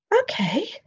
okay